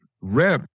rep